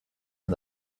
and